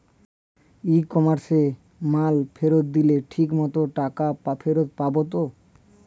ই কমার্সে মাল ফেরত দিলে ঠিক মতো টাকা ফেরত পাব তো?